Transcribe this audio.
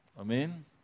Amen